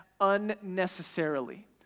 unnecessarily